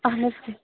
اہن حظ